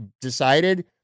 decided